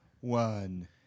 one